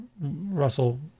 Russell